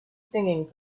singing